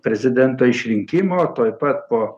prezidento išrinkimo tuoj pat po